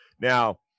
Now